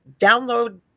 download